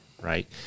right